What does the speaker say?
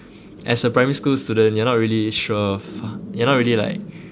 as a primary school student you're not really sure of you're not really like